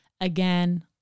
Again